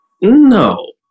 No